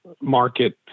market